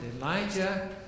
Elijah